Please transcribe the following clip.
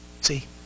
See